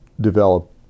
develop